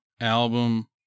album